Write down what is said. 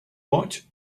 what